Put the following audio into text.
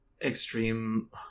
extreme